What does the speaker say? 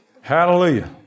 Hallelujah